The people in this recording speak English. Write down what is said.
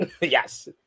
Yes